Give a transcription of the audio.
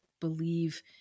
believe